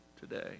today